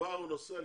וכבר הוא נוסע.